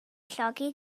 llogi